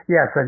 Yes